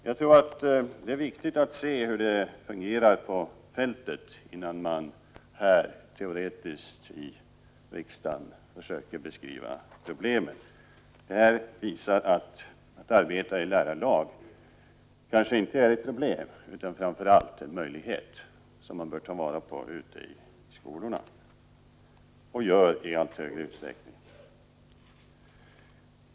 Jag tror att det är viktigt att se hur det fungerar på fältet innan man teoretiskt i riksdagen försöker beskriva problemen. Det här visar att detta att — Prot. 1985/86:32 arbeta i lärarlag kanske inte är ett problem, utan framför allt en möjlighet 20 november 1985 som man bör ta vara på ute i skolorna, vilket man dess bättre gör i allt högre utsträckning.